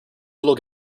little